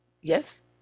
Yes